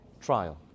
trial